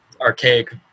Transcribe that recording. archaic